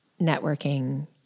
networking